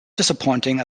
disappointing